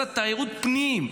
אלא תיירות פנים,